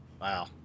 Wow